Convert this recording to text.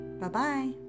Bye-bye